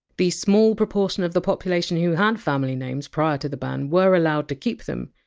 the small proportion of the population who had family names prior to the ban were allowed to keep them,